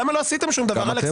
למה לא עשיתם שום דבר, אלכס?